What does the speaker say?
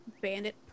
bandit